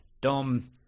Dom